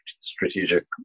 strategic